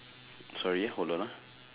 sorry hold on ah